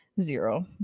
Zero